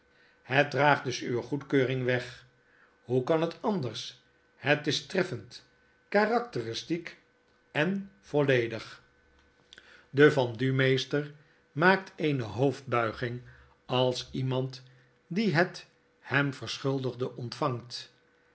het draagt dus uwe goedkeuring weg hoe kan het anders p het is treffend karakteristiek en volledig mm de heer sapsea de vendumeester maakt eene hoofdbuiging als iemand die het hem verschuldigde ontvangt